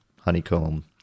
honeycomb